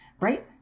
right